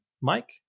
Mike